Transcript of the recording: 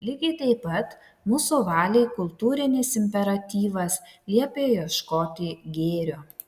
lygiai taip pat mūsų valiai kultūrinis imperatyvas liepia ieškoti gėrio